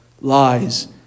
lies